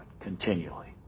continually